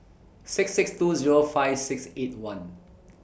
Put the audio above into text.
six six two Zero five six eight one